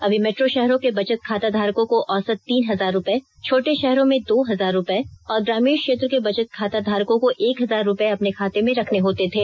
अभी मेट्रो शहरों के बचत खाता धारकों को औसत तीन हजार रुपये छोटे षहरों में दो हजार रुपये और ग्रामीण क्षेत्र के बचत खाता धारकों को एक हजार रुपये अपने खाते में रखने होते थे